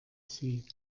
sie